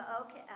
Okay